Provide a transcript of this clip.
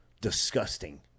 disgusting